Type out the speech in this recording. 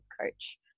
coach